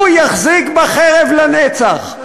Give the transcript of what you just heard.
הוא יחזיק בחרב לנצח,